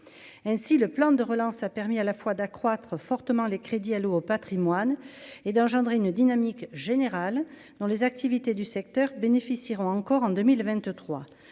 ainsi le plan de relance a permis à la fois d'accroître fortement les crédits alloués au Patrimoine et d'engendrer une dynamique générale dans les activités du secteur bénéficiera encore en 2023